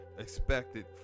expected